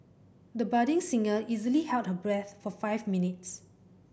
the budding singer easily held her breath for five minutes